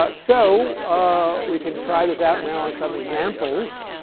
ah so ah we can try this out now on some examples.